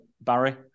Barry